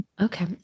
Okay